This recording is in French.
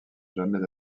jamais